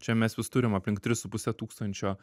čia mes vis turim aplink tris su puse tūkstančio